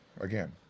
again